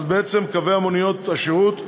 בעצם קווי מוניות השירות,